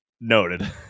noted